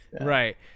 right